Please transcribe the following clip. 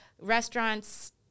restaurants